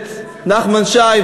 הכנסת נחמן שי,